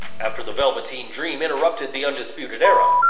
after the velveteen dream interrupted the undisputed era,